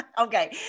okay